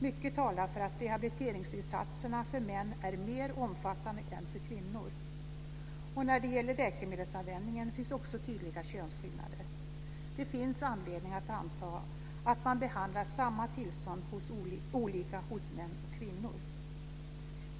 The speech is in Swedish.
Mycket talar för att rehabiliteringsinsatserna för män är mer omfattande än för kvinnor. När det gäller läkemedelsanvändning finns det också tydliga könsskillnader. Det finns anledning att anta att man behandlar samma tillstånd olika hos män och kvinnor.